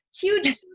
huge